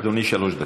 אדוני, שלוש דקות.